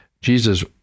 Jesus